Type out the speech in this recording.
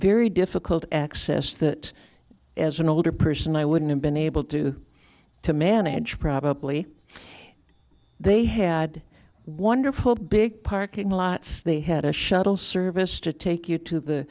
very difficult access that as an older person i wouldn't have been able to to manage probably they had wonderful big parking lots they had a shuttle service to take you to the